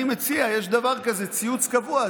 אני מציע, יש דבר כזה ציוץ קבוע.